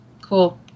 cool